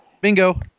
Bingo